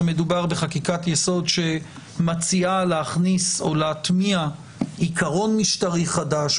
מדובר בחקיקת יסוד שמציעה להכניס או להטמיע עיקרון משטרי חדש,